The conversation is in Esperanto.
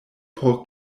por